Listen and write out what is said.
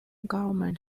government